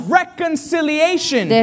reconciliation